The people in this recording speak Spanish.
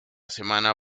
semana